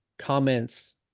comments